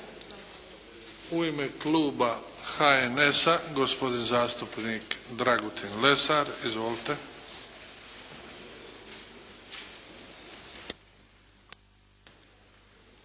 U ime kluba HNS-a, gospodin zastupnik Dragutin Lesar. Izvolite.